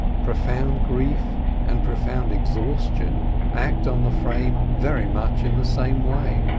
profound grief and profound exhaustion act on the frame very much in the same way.